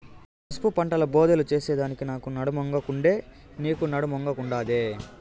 పసుపు పంటల బోదెలు చేసెదానికి నాకు నడుమొంగకుండే, నీకూ నడుమొంగకుండాదే